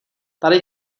tady